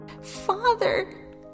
Father